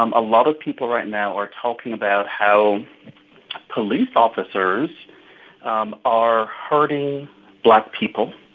um a lot of people right now are talking about how police officers um are hurting black people,